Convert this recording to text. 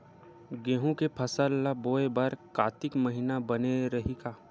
गेहूं के फसल ल बोय बर कातिक महिना बने रहि का?